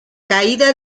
caída